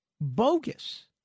bogus